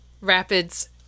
Rapids